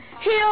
Heal